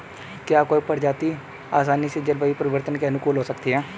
क्या कोई प्रजाति आसानी से जलवायु परिवर्तन के अनुकूल हो सकती है?